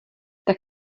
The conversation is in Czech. tak